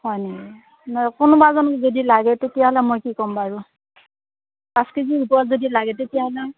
হয় নেকি নহয় কোনোবা এজন যদি লাগে তেতিয়াহ'লে মই কি ক'ম বাৰু পাঁচ কেজিৰ ওপৰত যদি লাগে তেতিয়াহ'লে